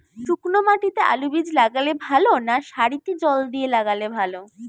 শুক্নো মাটিতে আলুবীজ লাগালে ভালো না সারিতে জল দিয়ে লাগালে ভালো?